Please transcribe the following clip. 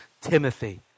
Timothy